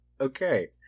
Okay